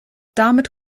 damit